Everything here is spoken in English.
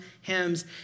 hymns